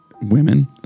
women